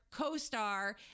co-star